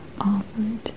offered